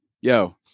yo